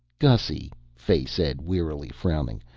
gussy, fay said wearily, frowning,